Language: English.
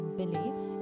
belief